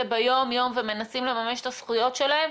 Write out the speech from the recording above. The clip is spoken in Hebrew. ביום-יום ומנסים לממש את הזכויות שלהם,